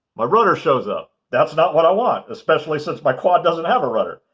my rudder shows up. that's not what i want especially since my quad doesn't have a rudder!